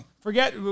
Forget